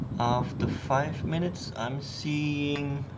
after five minutes i'm seeing.